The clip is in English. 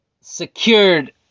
secured